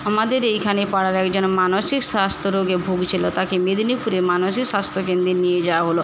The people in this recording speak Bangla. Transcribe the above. আমাদের এইখানে পাড়ার একজন মানসিক স্বাস্থ্য রোগে ভুগছিল তাকে মেদিনীপুরে মানসিক স্বাস্থ্য কেন্দ্রে নিয়ে যাওয়া হলো